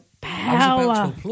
power